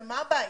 אבל מה הבעיה,